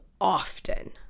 often